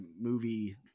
movie